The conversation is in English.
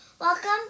Welcome